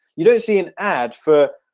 you don't see and ad for